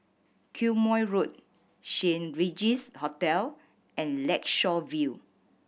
Quemoy Road Saint Regis Hotel and Lakeshore View